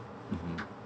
mmhmm